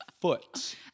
foot